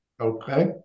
Okay